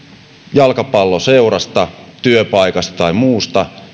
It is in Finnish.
jalkapalloseurasta työpaikasta tai muusta